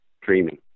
dreaming